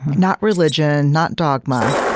not religion, not dogma,